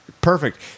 Perfect